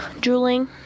drooling